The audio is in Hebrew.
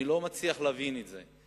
אני לא מצליח להבין את זה.